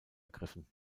ergriffen